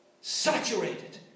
saturated